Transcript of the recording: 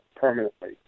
permanently